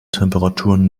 temperaturen